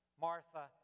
Martha